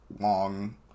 long